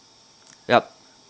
yup